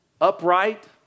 upright